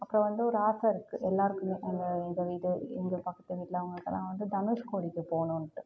அப்புறம் வந்து ஒரு ஆசை இருக்கு எல்லாருக்குமே அந்த இது இது இந்த பக்கத்துக்கு வீட்டில அவங்களுக்குலாம் வந்து தனுஷ்கோடிக்கு போகணுன்ட்டு